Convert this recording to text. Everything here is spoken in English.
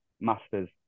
master's